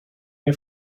nie